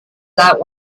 that